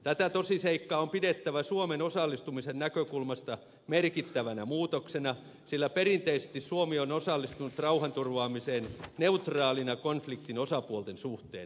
tätä tosiseikkaa on pidettävä suomen osallistumisen näkökulmasta merkittävänä muutoksena sillä perinteisesti suomi on osallistunut rauhanturvaamiseen neutraalina konfliktin osapuolten suhteen